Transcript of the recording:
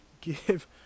give